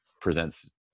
presents